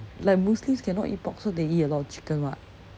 like muslims cannot eat pork so they eat a lot of chicken [what]